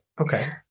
Okay